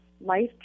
life